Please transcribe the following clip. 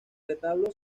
retablo